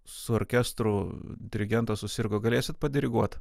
su orkestru dirigentas susirgo galėsit padiriguot